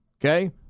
Okay